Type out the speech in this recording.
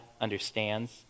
understands